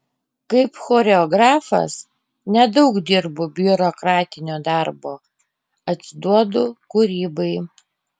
kaip choreografas nedaug dirbu biurokratinio darbo atsiduodu kūrybai